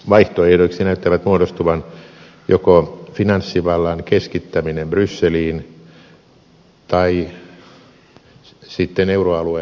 vaihtoehdoiksi näyttävät muodostuvan joko finanssivallan keskittäminen brysseliin tai sitten euroalueen hajoaminen